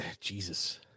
Jesus